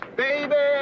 baby